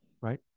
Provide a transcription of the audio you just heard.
right